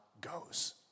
goes